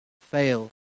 fail